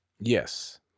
Yes